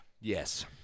Yes